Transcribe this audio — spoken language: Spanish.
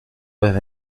desde